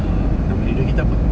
err nama radio kita apa